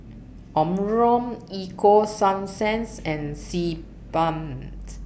Omron Ego Sunsense and Sebamed